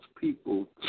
people